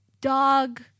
dog